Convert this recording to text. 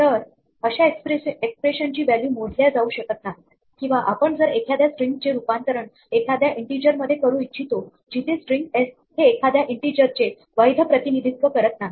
तर अशा एक्सप्रेशन ची व्हॅल्यू मोजल्या जाऊ शकत नाही किंवा आपण जर एखाद्या स्ट्रिंगचे रूपांतरण एखाद्या इन्टिजर मध्ये करू इच्छितो जिथे स्ट्रिंग एस हे एखाद्या इन्टिजर चे वैध प्रतिनिधित्व करत नाही